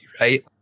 right